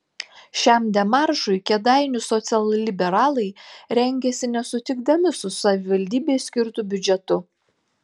šiam demaršui kėdainių socialliberalai rengėsi nesutikdami su savivaldybei skirtu biudžetu